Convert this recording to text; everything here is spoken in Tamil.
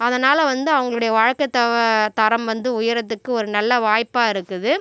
அதனால் வந்து அவங்களுடைய வாழ்க்கைத்தொகை தரம் வந்து உயர்றதுக்கு ஒரு நல்ல வாய்ப்பாக இருக்குது